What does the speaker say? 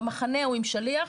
במחנה או עם שליח,